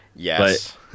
Yes